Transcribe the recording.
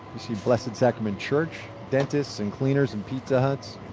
you see blessed sacrament church, dentists and cleaners and pizza huts